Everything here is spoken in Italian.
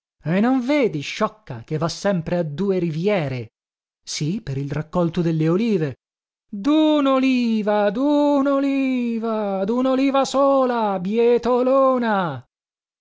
non vedi sciocca che va sempre a due riviere sì per il raccolto delle olive dunoliva dunoliva dunoliva sola bietolona